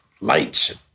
lights